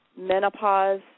menopause